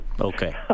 Okay